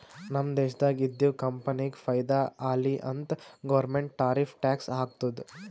ನಮ್ ದೇಶ್ದಾಗ್ ಇದ್ದಿವ್ ಕಂಪನಿಗ ಫೈದಾ ಆಲಿ ಅಂತ್ ಗೌರ್ಮೆಂಟ್ ಟಾರಿಫ್ ಟ್ಯಾಕ್ಸ್ ಹಾಕ್ತುದ್